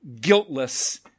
guiltless